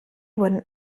wurden